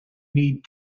need